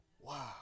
Wow